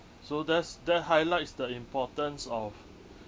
so there's that highlights the importance of